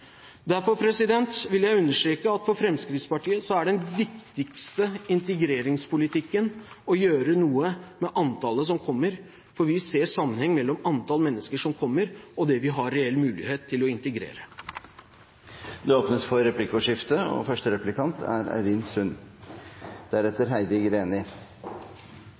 Derfor vil jeg understreke at for Fremskrittspartiet er den viktigste integreringspolitikken å gjøre noe med antallet som kommer, for vi ser en sammenheng mellom antall mennesker som kommer, og det vi har reell mulighet til å integrere. Det blir replikkordskifte. Dette forundrer meg, for det er ingen sammenheng mellom det representanten Keshvari sier i sitt innlegg, og